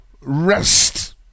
rest